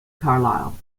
carlisle